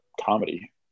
comedy